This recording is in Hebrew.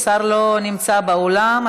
השר לא נמצא באולם,